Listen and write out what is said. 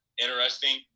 interesting